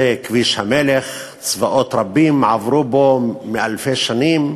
זה כביש המלך, צבאות רבים עברו בו אלפי שנים.